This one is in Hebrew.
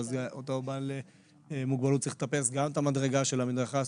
ואז אותו בעל מוגבלות צריך לטפס גם את המדרגה של המדרכה.